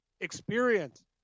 experience